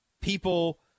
people